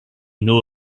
know